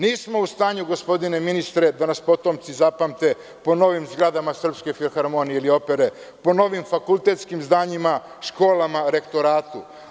Nismo u stanju, gospodine ministre, da nas potomci zapamte po novim zgradama Srpske filharmonije ili opere, po novim fakultetskim zdanjima, školama, rektoratu.